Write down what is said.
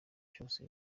cyose